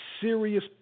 serious